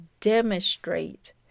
demonstrate